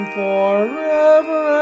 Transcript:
forever